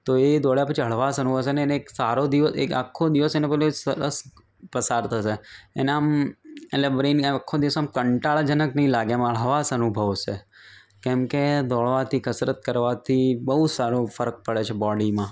તો એ દોડયા પછી હળવાશ અનુભવશે અને એક સારો દિવસ એને એક આખો દિવસ એને પેલો એક સરસ પસાર થશે એને આમ એટલે એમ આખો દિવસ કાંટાળાજનક નહીં લાગે આમ હળવાશ અનુભવશે કેમકે દોડવાથી કસરત કરવાથી બહુ સારો ફરક પડે છે બોડીમાં